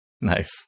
Nice